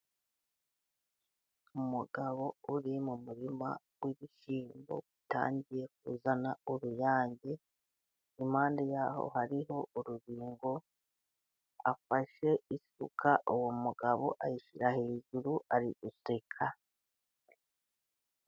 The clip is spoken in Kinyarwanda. Umugabo uri mu murima w'ibishyimbo bitangiye kuzana uruyange, impande y'aho hariho urubingo, afashe isuka uwo mugabo ayishyira hejuru ariguseka.